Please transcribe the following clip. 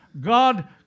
God